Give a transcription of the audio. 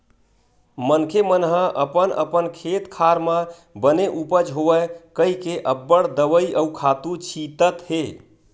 मनखे मन ह अपन अपन खेत खार म बने उपज होवय कहिके अब्बड़ दवई अउ खातू छितत हे